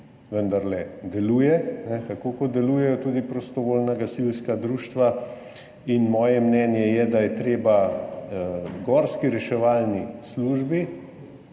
vendarle deluje, tako kot delujejo tudi prostovoljna gasilska društva, in moje mnenje je, da je treba gorski reševalni službi